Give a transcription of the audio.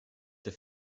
der